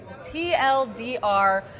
TLDR